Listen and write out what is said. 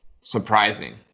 surprising